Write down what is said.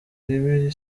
ribi